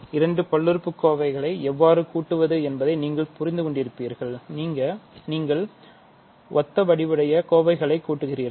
இரண்டு பல்லுறுப்புக்கோவைகளை எவ்வாறு கூட்டுவது என்பதை நீங்கள் புரிந்து கொண்டிருப்பீர்கள்நீங்கள் ஒத்த வடிவுடைய கோவைகளை கூட்டுகிறீர்கள்